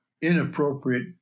inappropriate